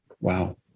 wow